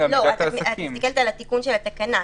את מסתכלת על התיקון של התקנה.